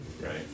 Right